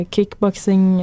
Kickboxing